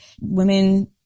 women